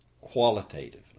Qualitatively